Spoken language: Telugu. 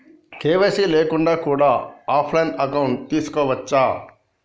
కే.వై.సీ లేకుండా కూడా ఆఫ్ లైన్ అకౌంట్ తీసుకోవచ్చా?